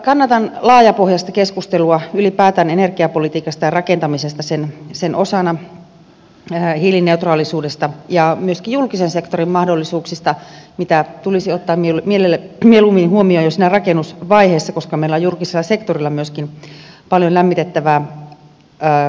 kannatan laajapohjaista keskustelua ylipäätään energiapolitiikasta ja rakentamisesta sen osana hiilineutraalisuudesta ja myöskin julkisen sektorin mahdollisuuksista mitä tulisi ottaa mieluummin huomioon jo siinä rakennusvaiheessa koska meillä on julkisella sektorilla myöskin paljon lämmitettävää kiinteistömassaa